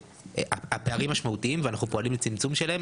הפערים משמעותיים ואנחנו פועלים לצמצום שלהם.